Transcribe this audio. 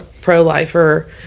pro-lifer